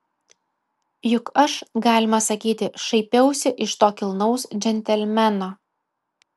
juk aš galima sakyti šaipiausi iš to kilnaus džentelmeno